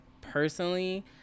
personally